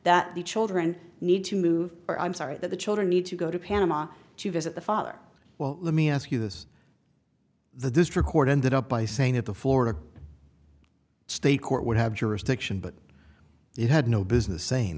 that the children need to move or i'm sorry that the children need to go to panama to visit the father well let me ask you this the district court ended up by saying that the florida state court would have jurisdiction but it had no business saying